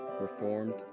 Reformed